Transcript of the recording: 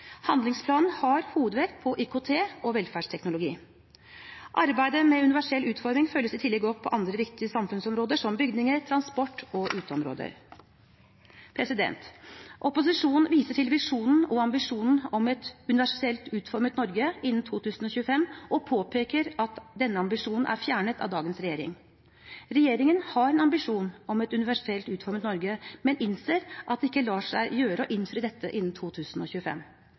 Handlingsplanen har hovedvekten på IKT og velferdsteknologi. Arbeidet med universell utforming følges i tillegg opp på andre viktige samfunnsområder, som bygninger, transport og uteområder. Opposisjonen viser til visjonen og ambisjonen om et universelt utformet Norge innen 2025 og påpeker at denne ambisjonen er fjernet av dagens regjering. Regjeringen har en ambisjon om et universelt utformet Norge, men innser at det ikke lar seg gjøre å innfri dette innen 2025.